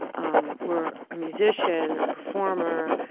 um, were a musician or performer,